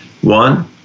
one